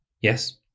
Yes